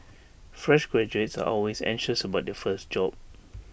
fresh graduates are always anxious about their first job